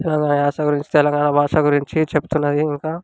తెలంగాణ యాస గురించి తెలంగాణ భాష గురించి చెప్తున్నాయి ఇంకా